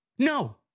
No